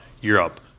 Europe